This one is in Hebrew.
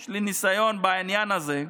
יש לי ניסיון בעניין הזה,